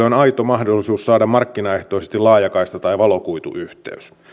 on aito mahdollisuus saada markkinaehtoisesti laajakaista tai valokuituyhteys